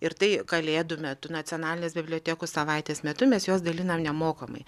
ir tai kalėdų metu nacionalinės bibliotekų savaitės metu mes juos dalinam nemokamai